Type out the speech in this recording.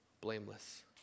Blameless